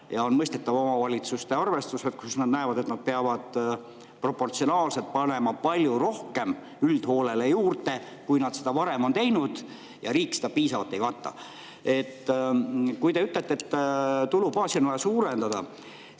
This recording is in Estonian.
On mõistetavad omavalitsuste arvestused, kust nad näevad, et nad peavad proportsionaalselt panema palju rohkem [raha] üldhooldusele juurde, kui nad seda varem on teinud, ja riik seda piisavalt ei kata. Te ütlete, et tulubaasi on vaja suurendada.